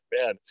man